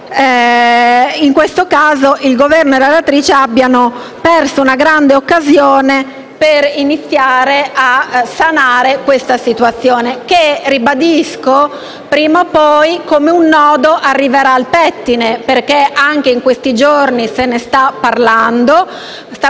in questo caso il Governo e la relatrice abbiano perso una grande occasione per iniziare a sanare questa situazione, che - lo ribadisco - prima o poi, come un nodo, arriverà al pettine. Anche in questi giorni se ne sta parlando e